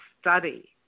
study